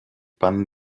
pan